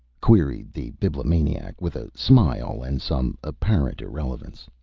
queried the bibliomaniac, with a smile and some apparent irrelevance.